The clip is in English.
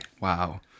Wow